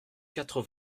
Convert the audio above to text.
quatre